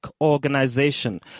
organization